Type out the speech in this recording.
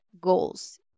goals